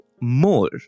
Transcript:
more